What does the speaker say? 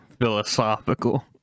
philosophical